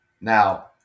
Now